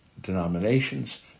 denominations